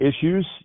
issues